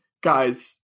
Guys